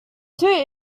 two